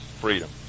Freedom